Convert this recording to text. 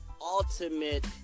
ultimate